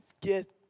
get